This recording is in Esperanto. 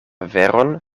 veron